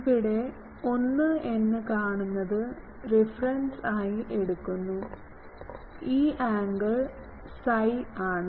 ഇവിടെ ഒന്ന് എന്ന് കാണുന്നത് റഫറൻസായി എടുക്കുന്നു ഈ ആംഗിൾ psi ആംഗിൾ ആണ്